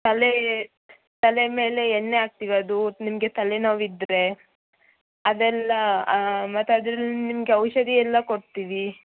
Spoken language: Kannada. ತಲೆ ತಲೆ ಮೇಲೆ ಎಣ್ಣೆ ಹಾಕ್ತೀವಿ ಅದು ನಿಮಗೆ ತಲೆನೋವಿದ್ದರೆ ಅದೆಲ್ಲ ಮತ್ತು ಅದರಿಂದ ನಿಮಗೆ ಔಷಧಿಯೆಲ್ಲ ಕೊಡ್ತೀವಿ